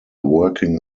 working